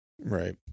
right